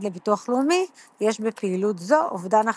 לביטוח לאומי יש בפעילות זו אובדן הכנסות.